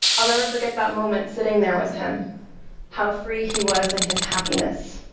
i'll never forget that moment sitting there with him how free he was in his happiness.